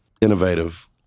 Innovative